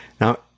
Now